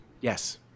Yes